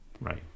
Right